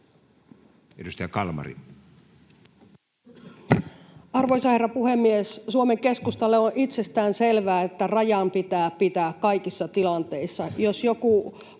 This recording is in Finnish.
10:16 Content: Arvoisa herra puhemies! Suomen Keskustalle on itsestään selvää, että rajan pitää pitää kaikissa tilanteissa.